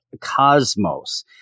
cosmos